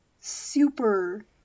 super